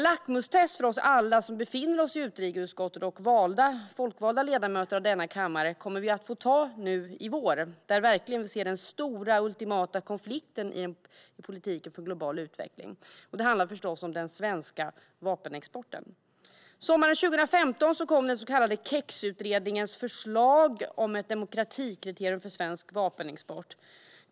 Lackmustestet för oss alla i utrikesutskottet och för alla folkvalda ledamöter av denna kammare kommer att ske i vår då vi verkligen kommer att se den stora och ultimata konflikten i politiken för global utveckling. Det handlar förstås om den svenska vapenexporten. Sommaren 2015 kom den så kallade KEX-utredningens förslag om ett demokratikriterium för svensk vapenexport.